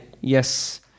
yes